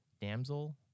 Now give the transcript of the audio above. Damsel